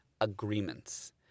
agreements